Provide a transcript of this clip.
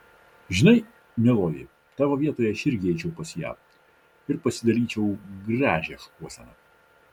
žinai mieloji tavo vietoje aš irgi eičiau pas ją ir pasidalyčiau gražią šukuoseną